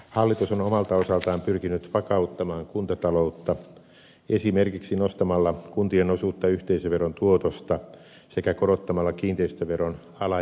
hallitus on omalta osaltaan pyrkinyt vakauttamaan kuntataloutta esimerkiksi nostamalla kuntien osuutta yhteisöveron tuotosta sekä korottamalla kiinteistöveron ala ja ylärajoja